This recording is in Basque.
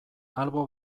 albo